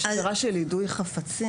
יש עבירה של יידוי חפצים.